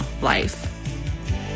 life